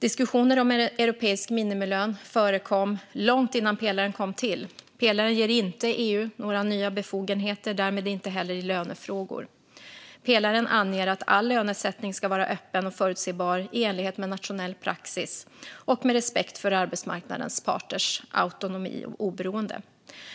Diskussioner om en europeisk minimilön förekom långt innan pelaren kom till. Pelaren ger inte EU några nya befogenheter, därmed inte heller i lönefrågor. Pelaren anger att all lönesättning ska vara öppen och förutsebar i enlighet med nationell praxis och med respekt för arbetsmarknadens parters autonomi och oberoende.